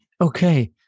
okay